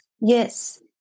Yes